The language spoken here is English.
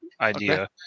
idea